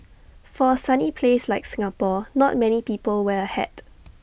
for A sunny place like Singapore not many people wear A hat